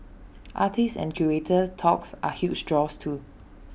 artist and curator talks are huge draws too